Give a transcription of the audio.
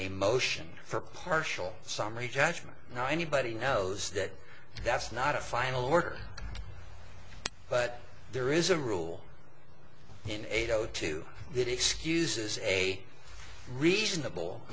a motion for partial summary judgment now anybody knows that that's not a final order but there is a rule in eight zero two that excuses a reasonable